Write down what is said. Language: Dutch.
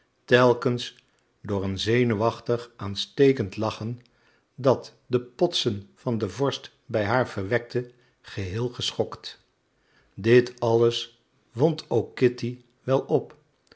telkens door een zenuwachtig aanstekend lachen dat de potsen van den vorst bij haar verwekte geheel geschokt dit alles wond ook kitty wel op